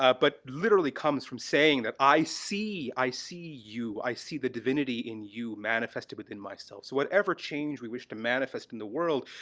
ah but literally comes from saying that i see, i see you, i see the divinity in you manifested within myself. so whatever change we wish to manifest in the world,